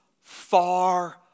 far